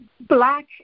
black